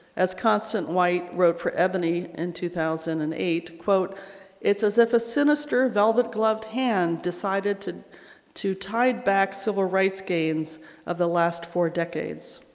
as constance white wrote for ebony in two thousand and eight quote it's as if a sinister velvet gloved hand decided to to tied back civil rights gains of the last four decades.